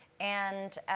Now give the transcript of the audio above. and,